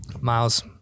Miles